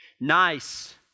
Nice